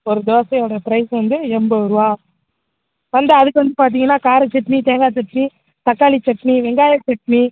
ஒரு தோசையோயட ப்ரைஸ் வந்து எண்பது ரூபா வந்து அதுக்கு வந்து பார்த்தீங்கன்னா காரச் சட்னி தேங்காய் சட்னி தக்காளிச் சட்னி வெங்காயச் சட்னி